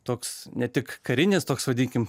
toks ne tik karinis toks vadinkim